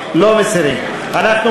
ל-2014, אותו